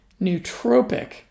nootropic